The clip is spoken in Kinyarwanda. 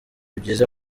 byiza